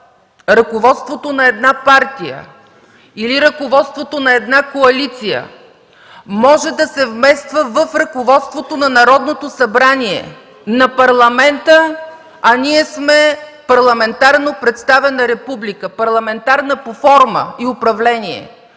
ръководството на една партия или ръководството на една коалиция, може да се вмества в ръководството на Народното събрание, на Парламента, а ние сме парламентарно представена република, парламентарна по форма и управление.